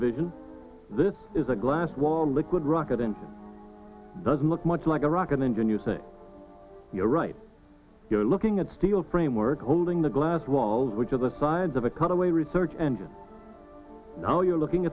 division this is a glass wall liquid rocket and doesn't look much like a rocket engine you think you're right you're looking at steel framework holding the glass walls which are the sides of a cutaway research and now you're looking